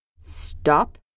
Stop